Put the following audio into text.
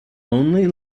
only